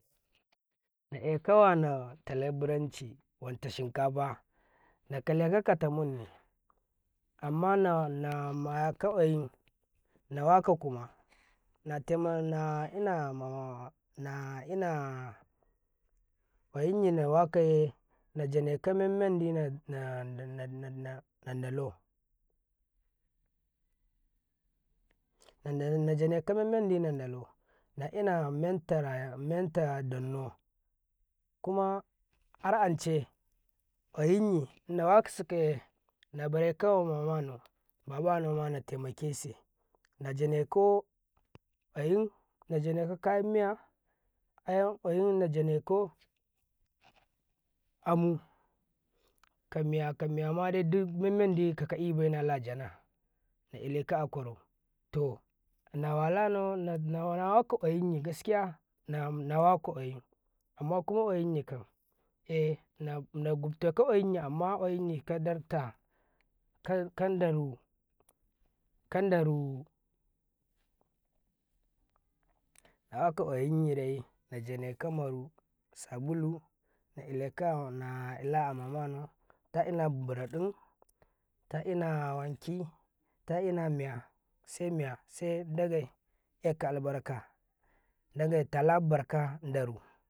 ﻿na eka wana ta lebiranci wanta shinkafa nakaleka katamunnau ammanama namayaka ƙwayin nawaka kuma na temona nainama naina ƙwayinyi nawakaye najaneka memmanda na nan nan dalau nan jane kamem mandi nan dalau namen tara dauna kumaharance ƙwayinyi nawasikaye na bareka amamanau babanauma nate makise najaneko ƙwayin najane kayam miya ayan ƙwayin najaneko amu kamiya kamiyama dukmemman di nawakau naileka aƙwarau to nawala nau nawaka ƙwayinyi gaskiya na waka ƙwayi amma kuma ƙwayin yikan ena gubteka ƙwa yinyi kadaiko ka kandalo kan daru najaneka maru sabulu naeleka naila amama, nau taina biraɗin taina wanki taina miya semiya sedagai eka albarka dagai tala barka daru.